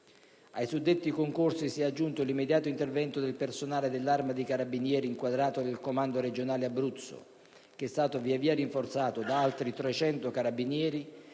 Ai suddetti concorsi si è aggiunto l'immediato intervento del personale dell'Arma dei carabinieri, inquadrato nel Comando regionale "Abruzzo", che è stato via via rinforzato da altri 300 Carabinieri